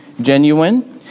genuine